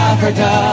Africa